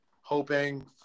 hoping